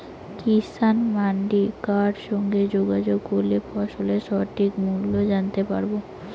কিষান মান্ডির কার সঙ্গে যোগাযোগ করলে ফসলের সঠিক মূল্য জানতে পারবো?